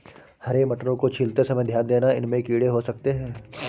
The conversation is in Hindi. हरे मटरों को छीलते समय ध्यान देना, इनमें कीड़े हो सकते हैं